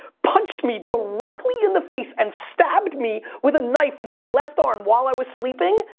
punched me directly in the face, and stabbed me with a knife in my left arm while i was sleeping,